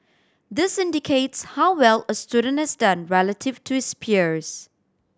this indicates how well a student has done relative to his peers